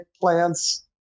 plants